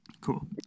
Cool